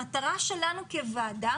המטרה שלנו כוועדה